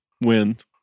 Wind